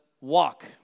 walk